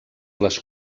les